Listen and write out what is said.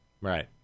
Right